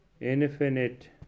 infinite